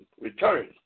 return